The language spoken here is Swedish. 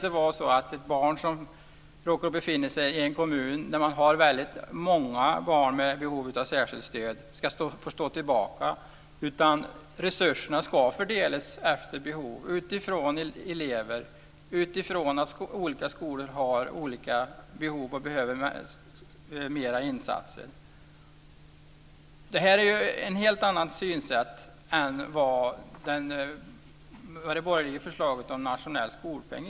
Ett barn som råkar befinna sig i en kommun där många barn har behov av särskilt stöd ska inte behöva stå tillbaka. Resurserna ska fördelas efter behov. Olika elever och olika skolor har olika behov. En del behöver mera insatser. Det är ett helt annat synsätt än i det borgerliga förslaget om nationell skolpeng.